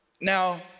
Now